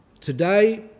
Today